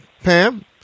Pam